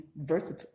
versatile